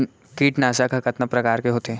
कीटनाशक ह कतका प्रकार के होथे?